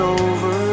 over